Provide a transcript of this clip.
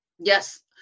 Yes